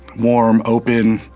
warm, open.